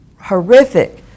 horrific